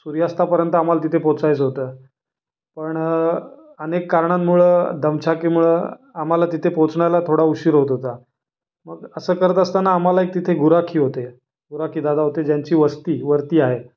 सूर्यास्तापर्यंत आम्हाला तिथे पोहोचायचं होतं पण अनेक कारणांमुळं दमछाकेमुळं आम्हाला तिथे पोचण्याला थोडा उशीर होत होता मग असं करत असताना आम्हाला एक तिथे गुराखी होते गुराखीदादा होते ज्यांची वस्ती वरती आहे